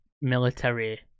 military